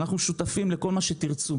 אנחנו שותפים לכל מה שתרצו.